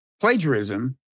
plagiarism